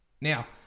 Now